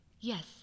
Yes